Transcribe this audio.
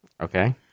Okay